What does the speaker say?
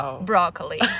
broccoli